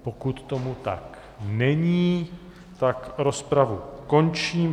Pokud tomu tak není, rozpravu končím.